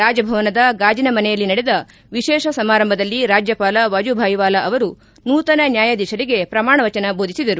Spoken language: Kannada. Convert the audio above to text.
ರಾಜಭವನದ ಗಾಜನ ಮನೆಯಲ್ಲಿ ನಡೆದ ವಿಶೇಷ ಸಮಾರಂಭದಲ್ಲಿ ರಾಜ್ಯಪಾಲ ವಾಜೂಬಾಯಿ ವಾಲಾ ಅವರು ನೂತನ ನ್ಯಾಯಾಧೀಶರಿಗೆ ಪ್ರಮಾಣವಚನ ಬೋಧಿಸಿದರು